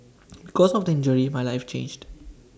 because of the injury my life changed